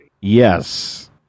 Yes